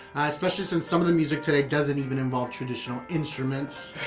especially since some of the music today doesn't even involve traditional instruments.